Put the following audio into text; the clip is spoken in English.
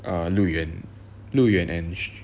err liu yuan and